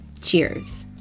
cheers